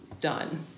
done